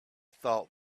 thought